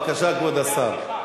בבקשה, כבוד השר.